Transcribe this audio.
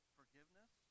forgiveness